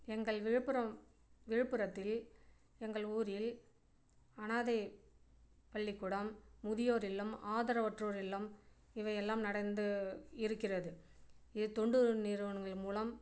எங்கள் விழுப்புரம் விழுப்புரத்தில் எங்கள் ஊரில் அனாதை பள்ளிக்கூடம் முதியோர் இல்லம் ஆதரவற்றோர் இல்லம் இவையெல்லாம் நடந்து இருக்கிறது இது தொண்டு நிறுவனங்களின் மூலம்